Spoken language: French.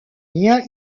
lien